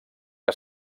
que